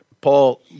Paul